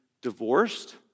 divorced